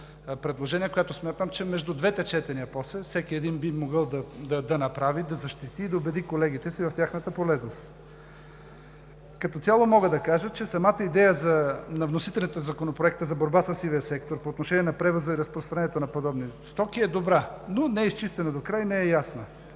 предложения. Смятам, че между двете четения после всеки един би могъл също да направи, да защити, да убеди колегите си в тяхната полезност. Като цяло мога да кажа, че самата идея на вносителите на Законопроекта за борба със сивия сектор по отношение на превоза и разпространението на подобни стоки е добра, но не е изчистена докрай, не е ясна.